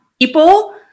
people